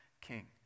king